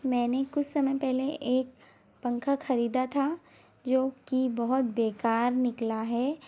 मैंने कुछ समय पेहले एक पंखा खरीदा था जो कि बहुत बेकार निकला है